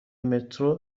مترو